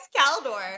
Caldor